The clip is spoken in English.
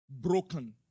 broken